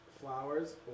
Flowers